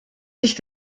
sich